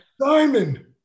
Simon